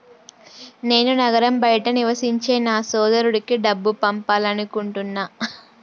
నేను నగరం బయట నివసించే నా సోదరుడికి డబ్బు పంపాలనుకుంటున్నా